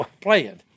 playing